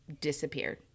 disappeared